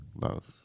love